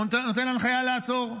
נותן הנחיה לעצור.